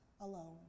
alone